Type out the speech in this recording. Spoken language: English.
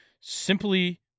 simply